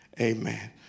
amen